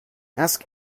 ask